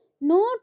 no